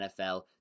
NFL